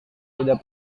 tidak